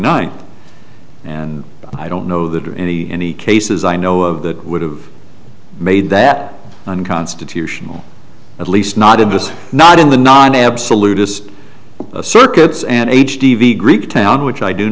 ninth and i don't know that any any cases i know of that would have made that unconstitutional at least not in the us not in the non absolute just circuits and h p v greektown which i do